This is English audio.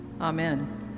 amen